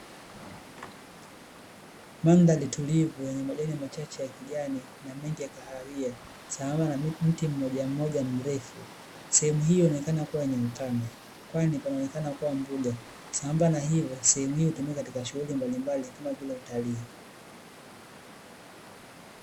Mandhari tulivu yenye majani machache ya kijani na mengi ya kahawia sambamba na miti mmoja mmoja mirefu sehemu hiyo inaonekana kuwa na ukame na panaonekana kama mbuga, sehemu hiyo hutumika katika shughuli mbalimbali kama za utarii.